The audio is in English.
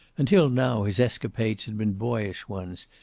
until now his escapades had been boyish ones,